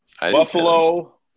Buffalo